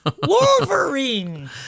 Wolverine